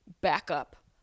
backup